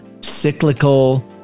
cyclical